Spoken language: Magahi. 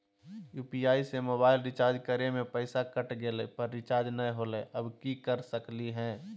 यू.पी.आई से मोबाईल रिचार्ज करे में पैसा कट गेलई, पर रिचार्ज नई होलई, अब की कर सकली हई?